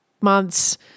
months